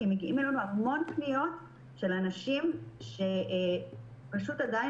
כי מגיעים אלינו המון פניות של אנשים שפשוט עדיין